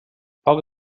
poc